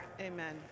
Amen